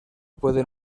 pueden